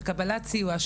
של קבלת סיוע,